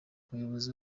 ubuyobozi